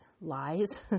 lies